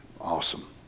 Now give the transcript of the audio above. Awesome